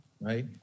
right